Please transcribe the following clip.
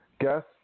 guest